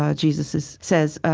um jesus says.